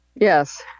Yes